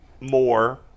more